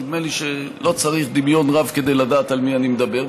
נדמה לי שלא צריך דמיון רב כדי לדעת על מי אני מדבר.